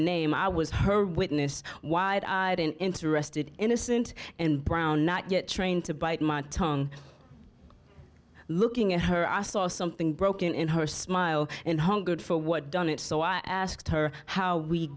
name i was her witness wide eyed and interested innocent and brown not yet trained to bite my tongue looking at her i saw something broken in her smile and hungered for what done it so i asked her how we